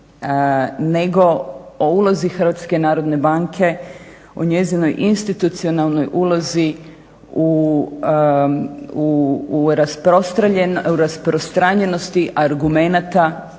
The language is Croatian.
nego o ulozi HNB-a, o njezinoj institucionalnoj ulozi u rasprostranjenosti argumenata,